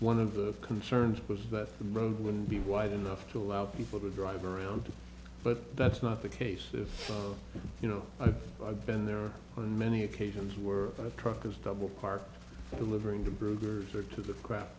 one of the concerns was that the road would be wide enough to allow people to drive around but that's not the case if you know i've i've been there on many occasions where a truck is double parked delivering the brooders or to the cra